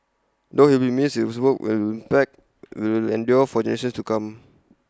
though he will be missed his work and impact will endure for generations to come